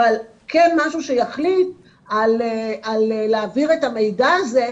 אבל כן משהו שיחליט על להעביר את המידע הזה,